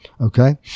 okay